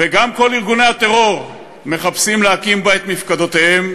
וגם כל ארגוני הטרור מחפשים להקים בה את מפקדותיהם,